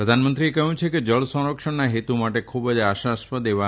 પ્રધાનમંત્રીએ કહયુ છે કે જળ સંરક્ષણના હેતુ માટે ખુબ જ આશાસ્પદ એવા